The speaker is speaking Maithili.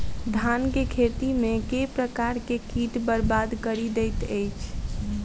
धान केँ खेती मे केँ प्रकार केँ कीट बरबाद कड़ी दैत अछि?